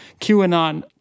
QAnon